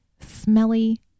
smelly